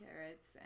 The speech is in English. carrots